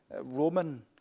Roman